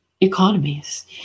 economies